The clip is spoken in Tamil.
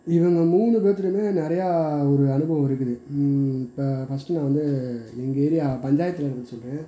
இவங்க மூணு பேர்த்துட்டயுமே நிறையா ஒரு அனுபவம் இருக்குது இப்போ ஃபஸ்ட்டு வந்து எங்கள் ஏரியா பஞ்சாயத்து தலைவரை பற்றி சொல்கிறேன்